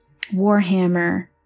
warhammer